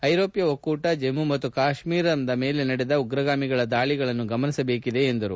ಐರೋಪ್ಯ ಒಕ್ಕೂಟ ಜಮ್ಮು ಮತ್ತು ಕಾಶ್ಮೀರದ ಮೇಲೆ ನಡೆದ ಉಗ್ರಗಾಮಿಗಳ ದಾಳಿಗಳನ್ನು ಗಮನಿಸಬೇಕಿದೆ ಎಂದರು